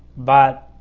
but